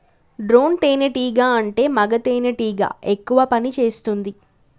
drone తేనే టీగా అంటే మగ తెనెటీగ ఎక్కువ పని చేస్తుంది